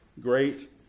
great